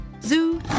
zoo